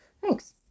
Thanks